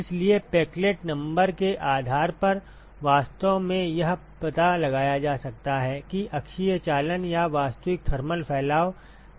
इसलिए Peclet number के आधार पर वास्तव में यह पता लगाया जा सकता है कि अक्षीय चालन या वास्तविक थर्मल फैलाव कब महत्वपूर्ण है